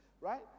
right